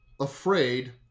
afraid